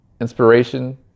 inspiration